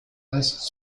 als